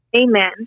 Amen